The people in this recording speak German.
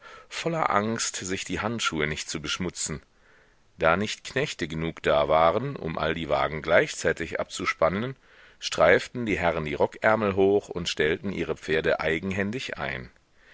voller angst sich die handschuhe nicht zu beschmutzen da nicht knechte genug da waren um all die wagen gleichzeitig abzuspannen streiften die herren die rockärmel hoch und stellten ihre pferde eigenhändig ein